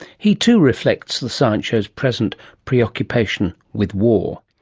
he too reflects the science show's present preoccupation with war.